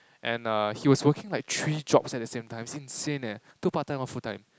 and uh he was working like three jobs at the same time it's insane eh two part time one full time